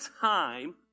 time